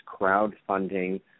crowdfunding